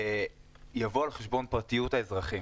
ויבוא על חשבון פרטיות האזרחים.